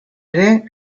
ere